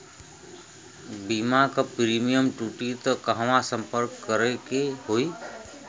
बीमा क प्रीमियम टूटी त कहवा सम्पर्क करें के होई?